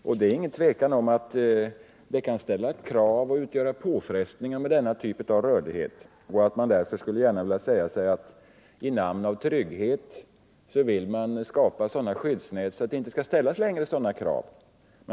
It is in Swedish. Utan tvivel kan denna typ av rörlighet innebära krav och påfrestningar och att man därför gärna i namn av trygghet skulle vilja skapa sådana skyddsnät att det inte längre skall ställas sådana krav.